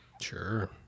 Sure